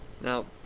Now